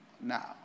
now